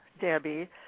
Debbie